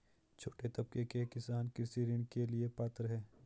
छोटे तबके के किसान कृषि ऋण के लिए पात्र हैं?